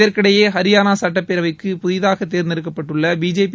இதற்கிடையே ஹரியானா சுட்டப்பேரவைக்கு புதிதாக தேர்ந்தெடுக்கப்பட்டுள்ள பிஜேபி